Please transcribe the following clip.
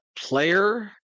player